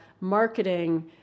marketing